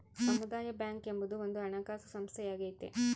ಸಮುದಾಯ ಬ್ಯಾಂಕ್ ಎಂಬುದು ಒಂದು ಹಣಕಾಸು ಸಂಸ್ಥೆಯಾಗೈತೆ